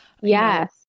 yes